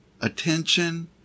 attention